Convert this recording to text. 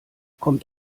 kommt